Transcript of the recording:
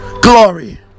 glory